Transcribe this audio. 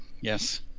Yes